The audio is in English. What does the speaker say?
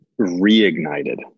reignited